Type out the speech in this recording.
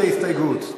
מוריד את ההסתייגות,